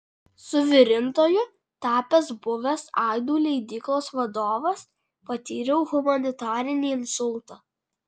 suvirintoju tapęs buvęs aidų leidyklos vadovas patyriau humanitarinį insultą